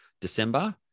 December